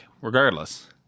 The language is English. Regardless